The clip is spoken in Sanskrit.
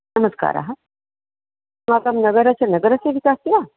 नमस्कारः अस्माकं नगरस्य नगरसेविका अस्ति वा